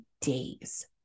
days